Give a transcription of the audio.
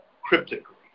cryptically